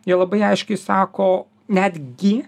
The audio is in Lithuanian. jie labai aiškiai sako netgi